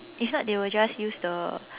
if not they'll just use the